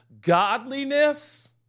Godliness